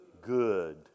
good